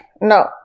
No